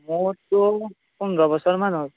মোৰতো পোন্ধৰ বছৰমান হ'ল